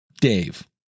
Dave